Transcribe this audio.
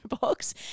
box